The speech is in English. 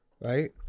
right